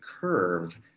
curve